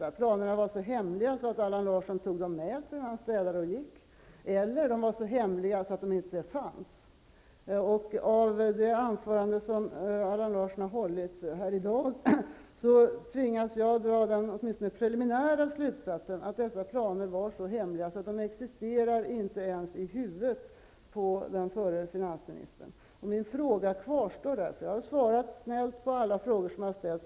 Att planerna var så hemliga att Allan Larsson tog dem med sig när han städade och gick. Eller att de var så hemliga att de inte fanns. Av det anförande som Allan Larsson har hållit här i dag tvingas jag åtminstone preliminärt dra den slutsatsen att dessa planer var så hemliga att de inte existerar ens i huvudet på den förre finansministern. Min fråga kvarstår därför. Jag har snällt svarat på alla frågor som har ställts.